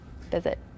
visit